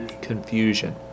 Confusion